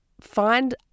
find